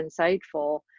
insightful